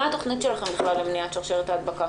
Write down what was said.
מה התוכנית שלכם בכלל למניעת שרשרת ההדבקה,